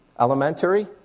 elementary